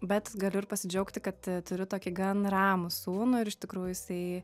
bet galiu ir pasidžiaugti kad turiu tokį gan ramų sūnų ir iš tikrųjų jisai